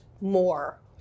more